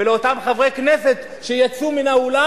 לאותם חברי כנסת שיצאו מן האולם.